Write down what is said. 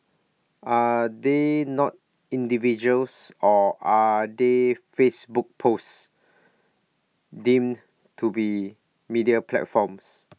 are they not individuals or are they Facebook posts deemed to be media platforms